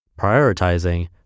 Prioritizing